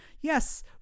yes